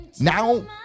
Now